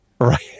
Right